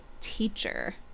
teacher